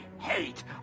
hate